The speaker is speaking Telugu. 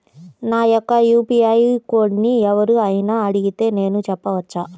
నా యొక్క యూ.పీ.ఐ కోడ్ని ఎవరు అయినా అడిగితే నేను చెప్పవచ్చా?